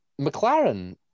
McLaren